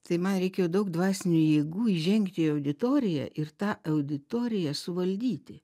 tai man reikėjo daug dvasinių jėgų įžengti į auditoriją ir tą auditoriją suvaldyti